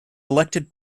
elected